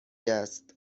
است